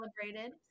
celebrated